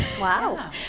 Wow